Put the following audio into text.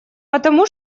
потому